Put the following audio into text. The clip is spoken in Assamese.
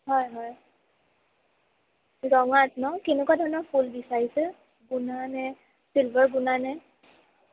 হয় হয় ৰঙাত ন কেনেকুৱা ধৰণৰ ফুল বিচাৰিছে গুণা নে ছিলভাৰ গুণা নে